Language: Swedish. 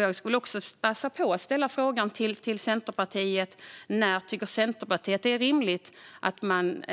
Jag vill passa på att fråga: När tycker Centerpartiet att det är rimligt att man